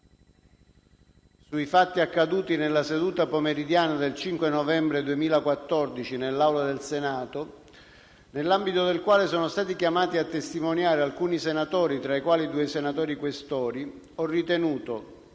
sui fatti accaduti nella seduta pomeridiana del 5 novembre 2014 nell'Aula del Senato, nell'ambito del quale sono stati chiamati a testimoniare alcuni senatori, tra cui due senatori Questori, ho ritenuto,